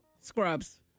Scrubs